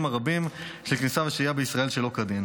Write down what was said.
הרבים של כניסה ושהייה בישראל שלא כדין,